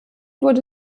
wurde